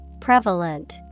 Prevalent